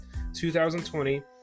2020